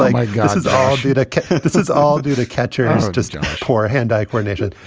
like my guess is all due to this is all due to catcher has just done a poor hand eye coordination.